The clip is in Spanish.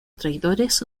traidores